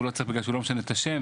בגלל שהוא לא משנה את השם,